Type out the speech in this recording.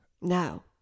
No